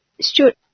Stuart